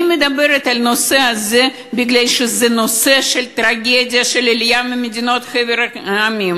אני מדברת על הנושא הזה כי זו טרגדיה של העלייה מחבר המדינות.